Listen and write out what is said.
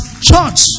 church